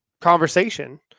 conversation